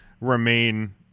remain